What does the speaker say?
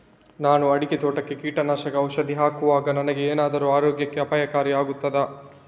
ನಾನು ಅಡಿಕೆ ತೋಟಕ್ಕೆ ಕೀಟನಾಶಕ ಔಷಧಿ ಹಾಕುವಾಗ ನನಗೆ ಏನಾದರೂ ಆರೋಗ್ಯಕ್ಕೆ ಅಪಾಯಕಾರಿ ಆಗುತ್ತದಾ?